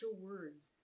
words